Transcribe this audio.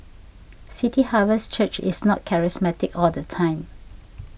City Harvest Church is not charismatic all the time